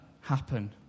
happen